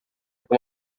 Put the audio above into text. com